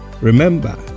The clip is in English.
remember